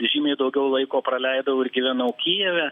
žymiai daugiau laiko praleidau ir gyvenau kijeve